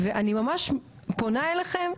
ואני ממש פונה אליכם,